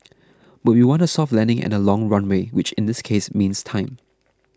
but we want a soft landing and a long runway which in this case means time